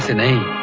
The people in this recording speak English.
name